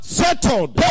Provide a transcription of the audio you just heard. settled